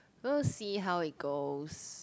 we'll see how it goes